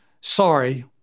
sorry